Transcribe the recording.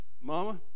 Mama